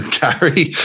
Gary